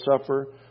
suffer